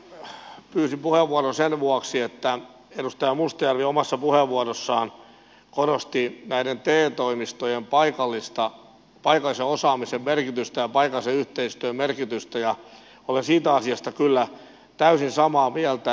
oikeastaan pyysin puheenvuoron sen vuoksi että edustaja mustajärvi omassa puheenvuorossaan korosti te toimistojen paikallisen osaamisen merkitystä ja paikallisen yhteistyön merkitystä ja olen siitä asiasta kyllä täysin samaa mieltä